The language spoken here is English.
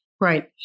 Right